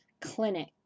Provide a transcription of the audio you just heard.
Clinic